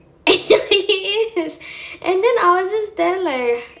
he is and then I was just there like